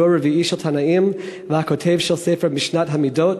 דור רביעי של תנאים וכותב הספר "משנת המידות",